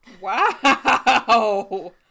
Wow